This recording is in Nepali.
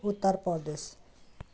उत्तर परदेश